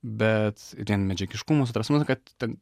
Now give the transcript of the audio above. bet vien medžiagiškumas ta prasme nu kad ten